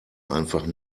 einfach